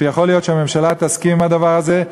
ויכול להיות שהממשלה תסכים לדבר הזה.